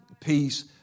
peace